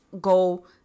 go